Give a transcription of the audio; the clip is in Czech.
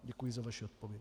Děkuji za vaši odpověď.